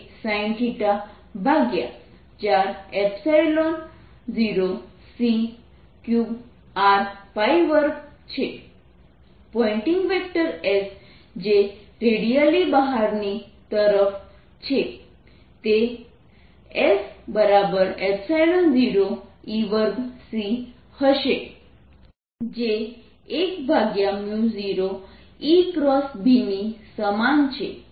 Poynting vector S જે radially બહારની તરફ છે તે S0E2c હશે જે 10EB ની સમાન છે